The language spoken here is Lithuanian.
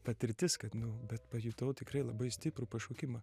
patirtis kad nu bet pajutau tikrai labai stiprų pašaukimą